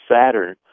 Saturn